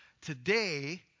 Today